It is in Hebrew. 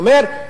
הוא אומר,